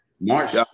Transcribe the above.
March